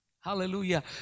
Hallelujah